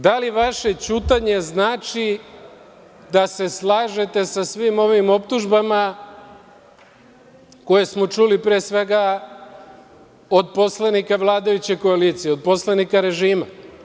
Da li vaše ćutanje znači da se slažete sa svim ovim optužbama koje smo čuli pre svega od poslanika vladajuće koalicije, od poslanika režima?